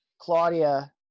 Claudia